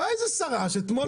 באה איזו שרה שאתמול,